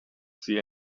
see